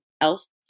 else